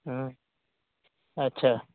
ह्म्म अच्छा